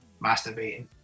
masturbating